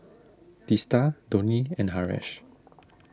Teesta Dhoni and Haresh